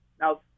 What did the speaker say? Now